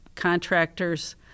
contractors